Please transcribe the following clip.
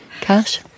Cash